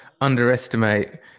underestimate